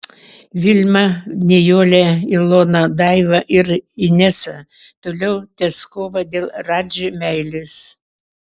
vilma nijolė ilona daiva ir inesa toliau tęs kovą dėl radži meilės